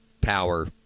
power